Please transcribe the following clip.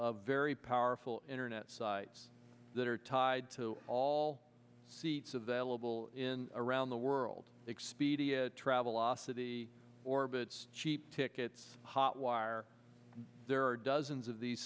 of very powerful internet sites that are tied to all seats available in around the world expedia travelocity orbitz cheap tickets hotwire there are dozens of these